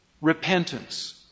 repentance